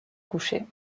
coucher